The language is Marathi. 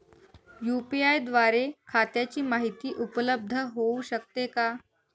यू.पी.आय द्वारे खात्याची माहिती उपलब्ध होऊ शकते का?